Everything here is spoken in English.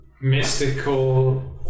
mystical